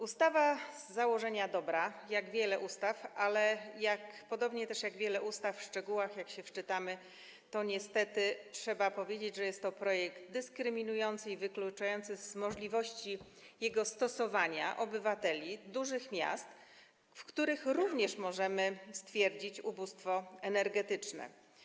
Ustawa z założenia jest dobra, jak wiele ustaw, ale też, podobnie jak wiele ustaw, w szczegółach, jak się wczytamy, niestety trzeba powiedzieć, że jest to projekt dyskryminujący i wykluczający z możliwości jego stosowania obywateli dużych miast, w których również możemy stwierdzić ubóstwo energetyczne.